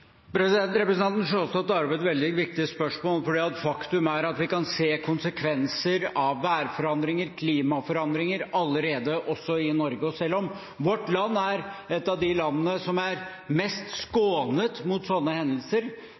Representanten Sjåstad tar opp et veldig viktig spørsmål, for faktum er at vi kan se konsekvenser av værforandringer og klimaforandringer allerede også i Norge. Selv om vårt land er et av de landene som er mest skånet mot slike hendelser,